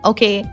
Okay